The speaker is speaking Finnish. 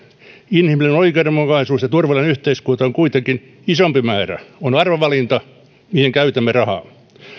inhimillinen oikeudenmukaisuus ja turvallinen yhteiskunta on kuitenkin isompi päämäärä on arvovalinta mihin käytämme rahaa